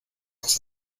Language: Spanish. vas